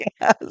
Yes